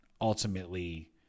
ultimately